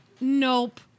nope